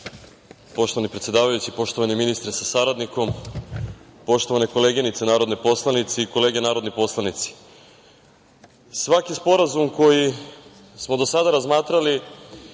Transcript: predsedavajući, poštovani ministre sa saradnikom, poštovane koleginice narodne poslanice i kolege narodni poslanici, svaki sporazum koji smo do sada razmatrali